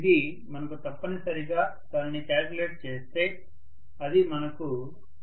ఇది మనకు తప్పనిసరిగా దానిని కాలిక్యులేట్ చేస్తే అది మనకు 4